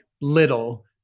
little